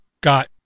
got